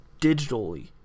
digitally